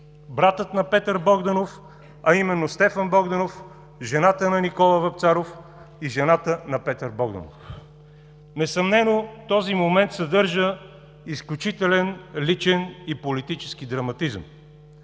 братът на Петър Богданов, а именно Стефан Богданов, жената на Никола Вапцаров и жената на Петър Богданов“. Несъмнено този момент съдържа изключителен личен и политически драматизъм.